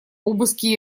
обыски